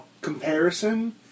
comparison